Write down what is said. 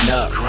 up